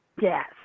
Yes